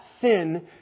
sin